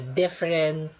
different